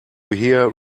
hear